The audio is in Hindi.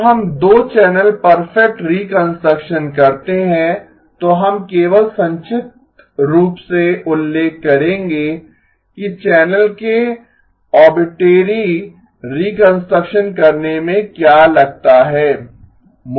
जब हम 2 चैनल परफेक्ट रीकंस्ट्रक्शन करते हैं तो हम केवल संक्षिप्त रूप से उल्लेख करेंगे कि चैनल के आरबिट्रेरी रीकंस्ट्रक्शन करने में क्या लगता है